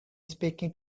speaking